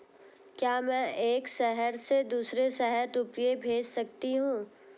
क्या मैं एक शहर से दूसरे शहर रुपये भेज सकती हूँ?